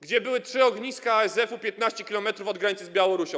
gdzie były trzy ogniska ASF-u 15 km od granicy z Białorusią.